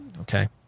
Okay